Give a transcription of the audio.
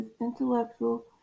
intellectual